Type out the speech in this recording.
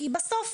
כי בסוף